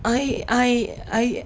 I I I